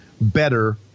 better